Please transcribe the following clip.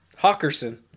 Hawkerson